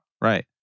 Right